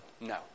No